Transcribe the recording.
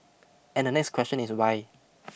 and next question is why